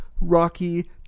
rocky